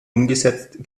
umgesetzt